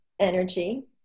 energy